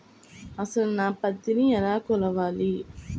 అసలు నా పత్తిని ఎలా కొలవాలి?